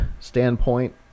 standpoint